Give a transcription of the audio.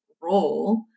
role